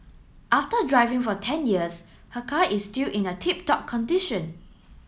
after driving for ten years her car is still in a tip top condition